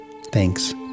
Thanks